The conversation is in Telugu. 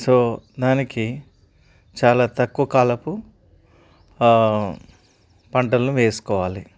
సో దానికి చాలా తక్కువ కాలపు పంటలను వేసుకోవాలి